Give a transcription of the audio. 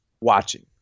watching